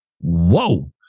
Whoa